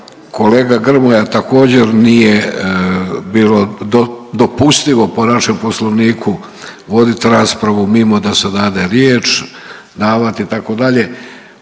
kolega Grmoja također nije bilo dopustivo po našem Poslovniku voditi raspravu mimo da se dade riječ, davat itd.,